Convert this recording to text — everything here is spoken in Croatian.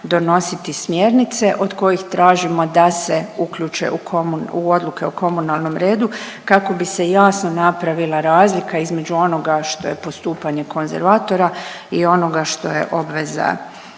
donositi smjernice od kojih tražimo da se uključe u odluke o komunalnom redu kako bi se jasno napravila razlika između onoga što je postupanje konzervatora i onoga što je obveza